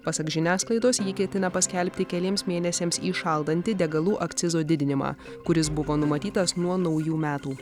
pasak žiniasklaidos ji ketina paskelbti keliems mėnesiams įšaldanti degalų akcizo didinimą kuris buvo numatytas nuo naujų metų